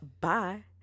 bye